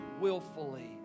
willfully